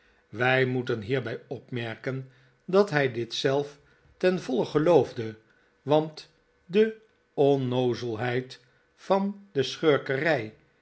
wij moeten hierbij opmerken dat hij dit zelf ten voile geloofde want de onnoozelheid van de